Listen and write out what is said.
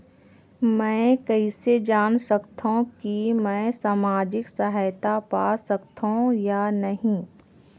मै कइसे जान सकथव कि मैं समाजिक सहायता पा सकथव या नहीं?